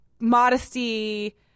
modesty